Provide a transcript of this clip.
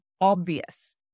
obvious